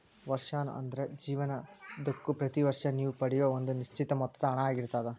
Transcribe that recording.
ವರ್ಷಾಶನ ಅಂದ್ರ ನಿಮ್ಮ ಜೇವನದುದ್ದಕ್ಕೂ ಪ್ರತಿ ವರ್ಷ ನೇವು ಪಡೆಯೂ ಒಂದ ನಿಶ್ಚಿತ ಮೊತ್ತದ ಹಣ ಆಗಿರ್ತದ